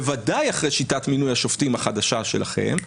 בוודאי אחרי שיטת מינוי השופטים החדשה שלכם,